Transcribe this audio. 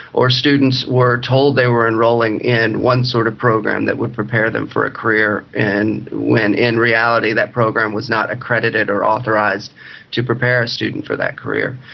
or students were told they were enrolling in one sort of program that would prepare them for a career and when in reality that program was not accredited or authorised to prepare a student for that career.